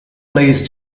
place